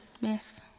miss